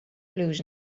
conclusion